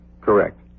Correct